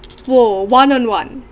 !whoa! one on one